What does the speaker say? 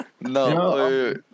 No